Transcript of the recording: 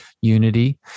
unity